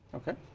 okay.